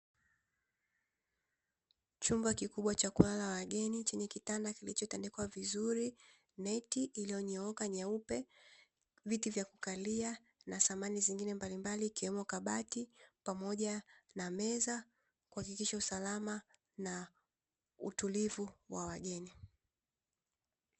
Chumba kikubwa cha kulala wageni, chenye kitanda kilichotandikwa vizuri, neti iliyonyooka nyeupe, viti vya kukalia na samani zingine mbalimbali ikiwemo kabati pamoja na meza kuhakikisha usalama na utulivu wa wageni.